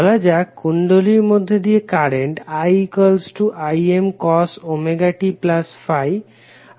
বলাযাক কুণ্ডলীর মধ্যে দিয়ে কারেন্ট iImcos ωt∅